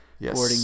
boarding